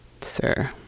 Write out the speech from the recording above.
Sir